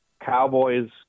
Cowboys